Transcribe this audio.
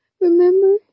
Remember